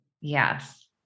Yes